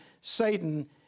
Satan